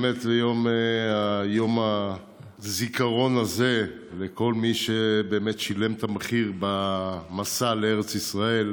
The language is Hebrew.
באמת זה יום הזיכרון לכל מי שבאמת שילם את המחיר במסע לארץ ישראל